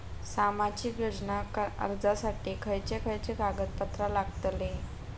सामाजिक योजना अर्जासाठी खयचे खयचे कागदपत्रा लागतली?